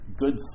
good